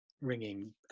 ringing